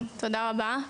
תודה רבה.